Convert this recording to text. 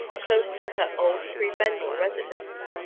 close to her old prebendal residence,